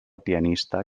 pianista